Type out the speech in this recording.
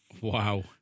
Wow